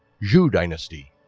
zhou dynasty